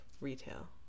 retail